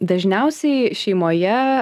dažniausiai šeimoje